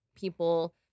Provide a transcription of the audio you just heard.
people